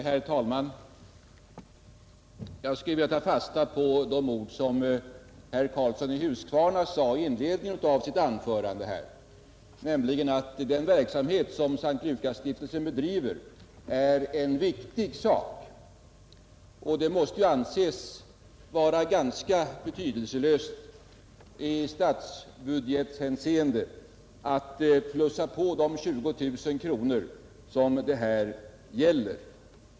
Herr talman! Jag skulle vilja ta fasta på de ord som herr Karlsson i Huskvarna sade i inledningen av sitt anförande, nämligen att den verksamhet som S:t Lukasstiftelsen bedriver är en viktig sak. Det måste ju anses vara ganska betydelselöst i statsbudgethänseende att ”plussa på” de 20 000 kronor som det här gäller.